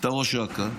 אתה ראש אכ"א,